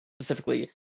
specifically